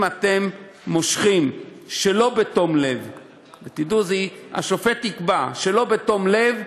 אתם מושכים שלא בתום לב, השופט יקבע שזה לא בתום לב,